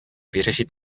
vyřešit